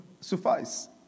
suffice